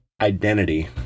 identity